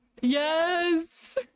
yes